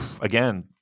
again